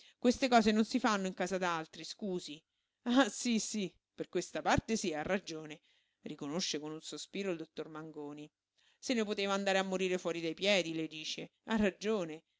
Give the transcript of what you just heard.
queste cose non si fanno in casa d'altri scusi ah sí sí per questa parte sí ha ragione riconosce con un sospiro il dottor mangoni se ne poteva andare a morire fuori dai piedi lei dice ha ragione